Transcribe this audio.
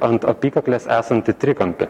ant apykaklės esantį trikampį